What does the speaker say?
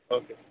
okay sir